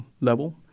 level